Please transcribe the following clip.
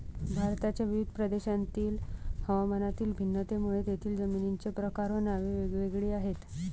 भारताच्या विविध प्रदेशांतील हवामानातील भिन्नतेमुळे तेथील जमिनींचे प्रकार व नावे वेगवेगळी आहेत